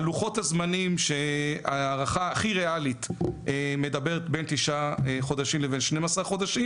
לוחות הזמנים שההערכה הכי ריאלית מדברת על בין 9-12 חודשים.